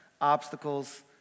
obstacles